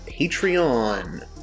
Patreon